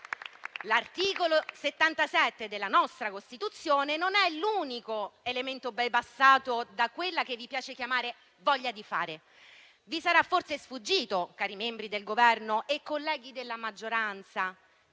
L'articolo 77 della nostra Costituzione non è, però, l'unico elemento bypassato da quella che vi piace chiamare «voglia di fare». Vi sarà forse sfuggito, cari membri del Governo e colleghi della maggioranza,